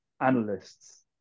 analysts